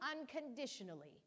unconditionally